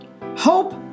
hope